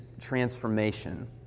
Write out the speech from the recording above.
transformation